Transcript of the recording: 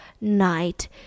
night